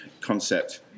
concept